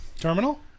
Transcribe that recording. Terminal